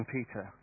Peter